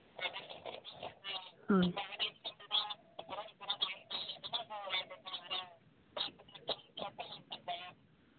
ᱦᱳᱭ